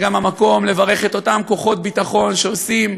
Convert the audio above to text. זה גם המקום לברך את אותם כוחות ביטחון, שעושים